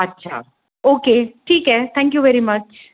अच्छा ओके ठीक आहे थँक्यू व्हेरी मच